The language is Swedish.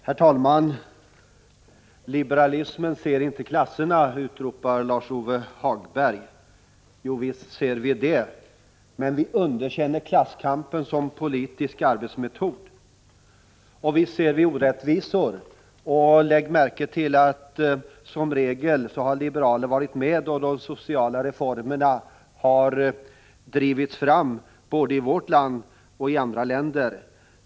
Herr talman! Liberalismen ser inte klasserna, utropar Lars-Ove Hagberg. Visst ser vi dem, men vi underkänner klasskampen som politisk arbetsmetod. Visst ser vi orättvisor! Lägg märke till att som regel har liberaler varit med då de sociala reformerna drivits fram både i vårt land och i andra länder.